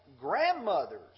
grandmothers